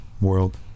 world